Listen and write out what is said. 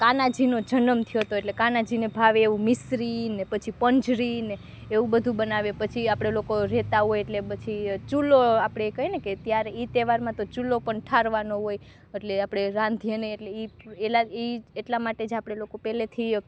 કાનાજીનો જનમ થયો તો એટલે કાનાજીને ભાવે એવું મીશ્રીને પછી પંજરીને એવું બધું બનાવીએ પછી આપડે લોકો રહેતા હોય એટલે પછી ચૂલો આપણે કહીએને કે એ તહેવારમાં તો ચૂલો પણ ઠારવાનો હોય અટલે આપણે રાંધીએને એ એટલા માટે જ આપણે લોકો પેલ્લેથી